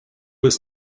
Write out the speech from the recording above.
was